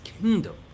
kingdom